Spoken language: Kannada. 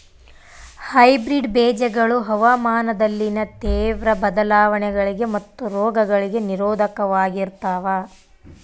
ಹೈಬ್ರಿಡ್ ಬೇಜಗಳು ಹವಾಮಾನದಲ್ಲಿನ ತೇವ್ರ ಬದಲಾವಣೆಗಳಿಗೆ ಮತ್ತು ರೋಗಗಳಿಗೆ ನಿರೋಧಕವಾಗಿರ್ತವ